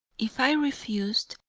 if i refused,